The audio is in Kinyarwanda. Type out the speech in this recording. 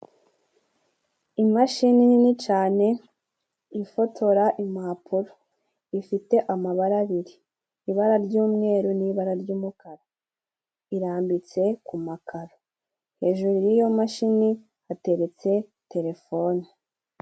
Imashini nini cane ifotora impapuro, ifite amabara abiri, ibara ry'umweru n'ibara ry'umukara, irambitse ku makaro. Hejuru y'iyo mashini hateretse telefone.